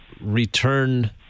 return